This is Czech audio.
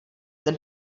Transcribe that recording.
ten